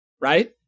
right